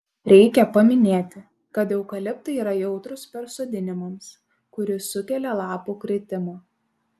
reikia paminėti kad eukaliptai yra jautrūs persodinimams kuris sukelia lapų kritimą